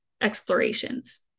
explorations